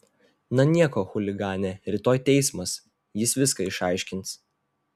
na nieko chuligane rytoj teismas jis viską išaiškins